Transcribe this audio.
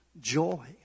joy